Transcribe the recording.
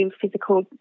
physical